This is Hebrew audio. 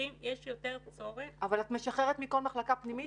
יותר צורך --- אבל את משחררת מכל מחלקה פנימית,